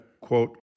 quote